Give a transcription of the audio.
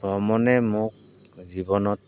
ভ্ৰমণে মোক জীৱনত